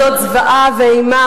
אני פשוט, תיתן לי יותר דקות, זה בסדר.